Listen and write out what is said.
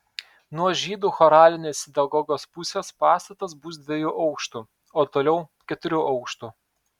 nuo žydų choralinės sinagogos pusės pastatas bus dviejų aukštų o toliau keturių aukštų